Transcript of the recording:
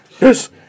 Yes